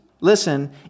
listen